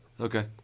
Okay